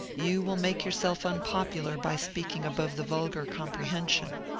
you will make yourself unpopular by speaking above the vulgar comprehension.